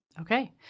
Okay